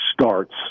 starts